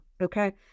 Okay